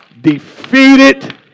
defeated